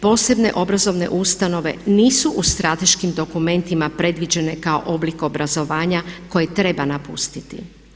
Posebne obrazovne ustanove nisu u strateškim dokumentima predviđene kao oblik obrazovanja koji treba napustiti.